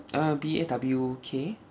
err B A W K